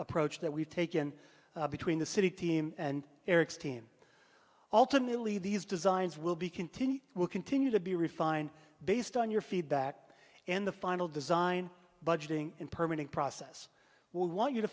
approach that we've taken between the city team and eric's team alternately these designs will be continued will continue to be refined based on your feedback and the final design budgeting impermanent process will want you to